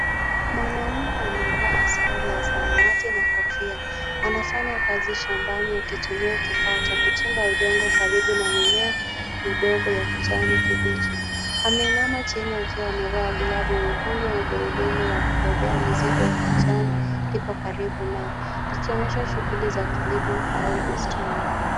Mwanaume amevaa sare ya samawati na kofia. Anafanya kazi shambani akitumia kifaa cha kuchimba udongo karibu na mimea midogo ya kijani kibichi. Ameinama chini akiwa amevaa glavu nyekundu, na gurudumu la kubebea mizigo la kijani lipo karibu naye. Ikionyesha shughuli za kilimo au bustani.